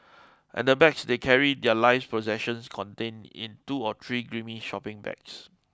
and the bags they carry their life's possessions contained in two or three grimy shopping bags